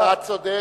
אתה צודק,